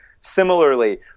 similarly